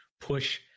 push